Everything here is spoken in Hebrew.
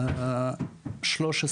13